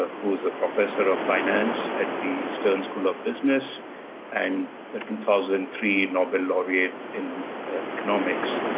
ah who is a professor of finance at the stern school of business and the two thousand and three nobel laureate in economics.